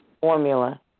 Formula